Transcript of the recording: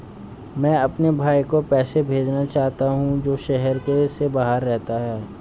मैं अपने भाई को पैसे भेजना चाहता हूँ जो शहर से बाहर रहता है